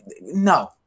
no